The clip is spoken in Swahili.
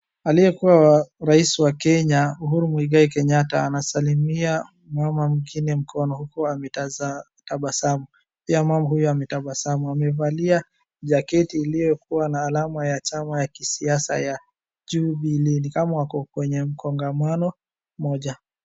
Aliyekuwa rais wa Kenya Uhuru Muigai Kenyatta anasalimia mama mwingine mkono uku ametabasamu. Pia mama huyo ametabasamu. Amevalia jaketi iliokuwa na alama ya chama ya kisiasa ya Jubilee, ni kama wako kwenye mkongamano moja.